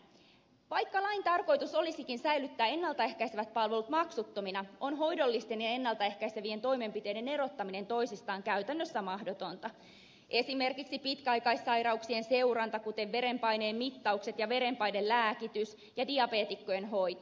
vaikka lain tarkoitus olisikin säilyttää ennalta ehkäisevät palvelut maksuttomina on hoidollisten ja ennalta ehkäisevien toimenpiteiden erottaminen toisistaan käytännössä mahdotonta esimerkiksi pitkäaikaissairauksien seuranta kuten verenpaineen mittaukset ja verenpainelääkitys ja diabeetikkojen hoito